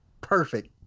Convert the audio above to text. perfect